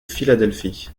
philadelphie